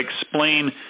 explain